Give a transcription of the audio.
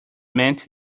meant